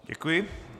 Děkuji.